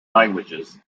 languages